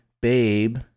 Babe